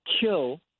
kill